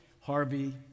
Harvey